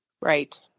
right